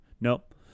Nope